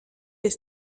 des